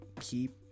keep